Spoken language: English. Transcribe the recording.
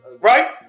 Right